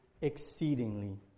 exceedingly